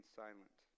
silent